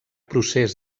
procés